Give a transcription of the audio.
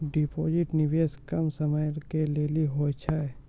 Deposit निवेश कम समय के लेली होय छै?